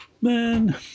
Man